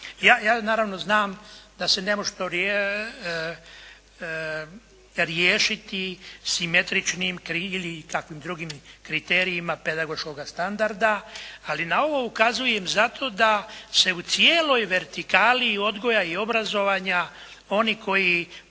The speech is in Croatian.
Ja, naravno, znam da se ne može to riješiti simetričnim, krilim ili kakvim drugim kriterijima pedagoškog standarda, ali na ovo ukazujem zato da se u cijeloj vertikali i odgoja i obrazovanja, oni koji